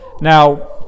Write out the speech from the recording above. Now